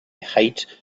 height